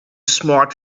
smart